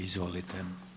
Izvolite.